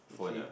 phone lah